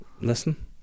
Listen